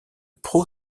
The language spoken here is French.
pro